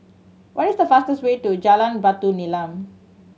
what is the fastest way to Jalan Batu Nilam